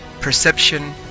perception